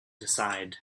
decide